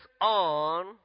on